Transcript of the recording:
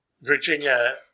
Virginia